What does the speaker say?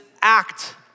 act